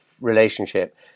relationship